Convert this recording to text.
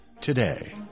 today